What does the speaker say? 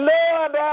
Lord